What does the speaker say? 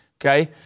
okay